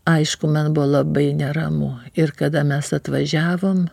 aišku man labai neramu ir kada mes atvažiavom